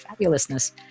fabulousness